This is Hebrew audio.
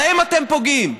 בהם אתם פוגעים.